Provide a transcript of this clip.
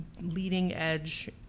leading-edge